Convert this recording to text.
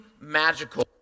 magical